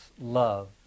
love